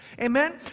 amen